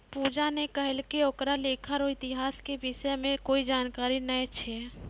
पूजा ने कहलकै ओकरा लेखा रो इतिहास के विषय म कोई जानकारी नय छै